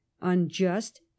unjust